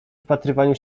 wpatrywaniu